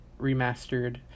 remastered